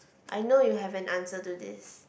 I know you have an answer to this